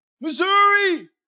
Missouri